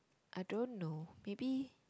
I don't know maybe